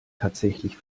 tatsächlich